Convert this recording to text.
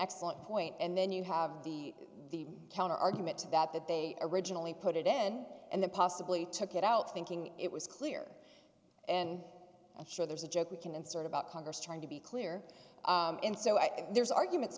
excellent point and then you have the the counter argument to that that they originally put it in and they possibly took it out thinking it was clear and sure there's a joke we can sort about congress trying to be clear and so i think there's arguments